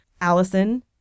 allison